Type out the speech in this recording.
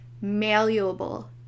malleable